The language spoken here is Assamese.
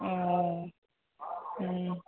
অঁ